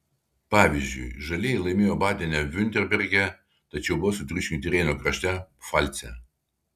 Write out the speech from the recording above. pavyzdžiui žalieji laimėjo badene viurtemberge tačiau buvo sutriuškinti reino krašte pfalce